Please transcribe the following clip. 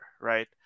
right